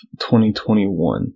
2021